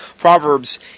Proverbs